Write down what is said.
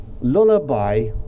lullaby